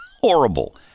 Horrible